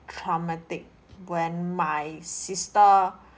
traumatic when my sister